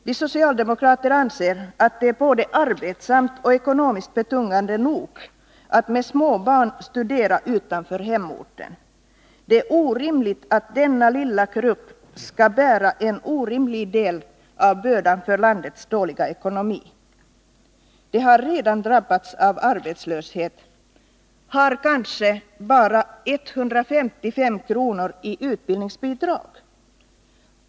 Vi socialdemokrater anser att det är både arbetsamt och ekonomiskt betungande nog att med små barn studera utanför hemorten. Det är orimligt att denna lilla grupp skall bära en så stor del av bördan för landets dåliga ekonomi. Den har redan drabbats av arbetslöshet och har kanske bara 155 kr. i utbildningsbidrag.